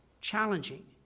challenging